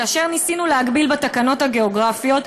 כאשר ניסינו להגביל בתקנות הגיאוגרפיות,